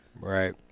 Right